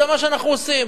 זה מה שאנחנו עושים.